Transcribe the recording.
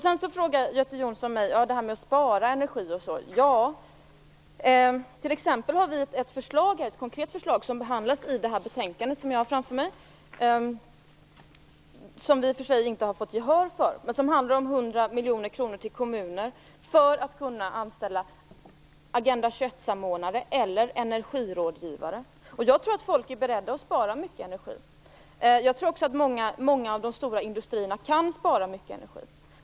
Sedan frågar Göte Jonsson mig om att spara energi. Vi har t.ex. ett konkret förslag som behandlas i det betänkande jag har framför mig, som vi i och för sig inte har fått gehör för. Det handlar om 100 miljoner kronor till kommuner för att de skall kunna anställa Agenda 21-samordnare eller energirådgivare. Jag tror att människor är beredda att spara mycket energi. Jag tror också att många av de stora industrierna kan spara mycket energi.